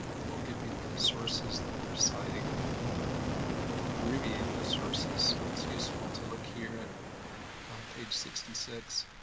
they will give you the sources that they're citing, and they will abbreviate those sources. so it's useful to look here at page sixty six,